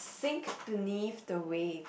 think beneath the waves